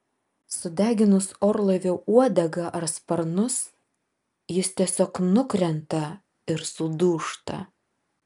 sudeginus orlaivio uodegą ar sparnus jis tiesiog nukrenta ir sudūžta